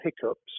hiccups